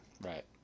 right